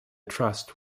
trust